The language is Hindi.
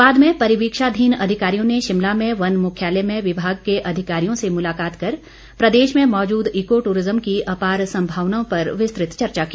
बाद में परिवीक्षाधीन अधिकारियों ने शिमला में वन मुख्यालय में विभाग के अधिकारियों से मुलाकात कर प्रदेश में मौजूद इक्को टूरिज्म की अपार संभावनाओं पर विस्तृत चर्चा की